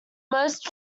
most